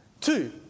Two